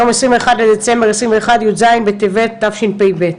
היום 21 בדצמבר 2021, י"ז בטבת התשפ"ב.